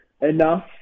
enough